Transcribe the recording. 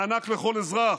מענק לכל אזרח,